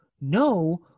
No